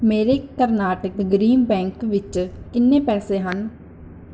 ਮੇਰੇ ਕਰਨਾਟਕ ਗ੍ਰੀਣ ਬੈਂਕ ਵਿੱਚ ਕਿੰਨੇ ਪੈਸੇ ਹਨ